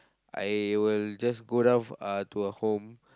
I will just go down for ah to a home